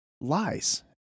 lies